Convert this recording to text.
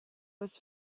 was